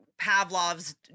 Pavlov's